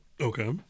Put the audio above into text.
okay